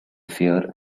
fear